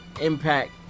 impact